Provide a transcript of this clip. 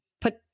put